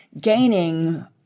gaining